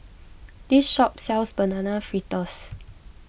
this shop sells Banana Fritters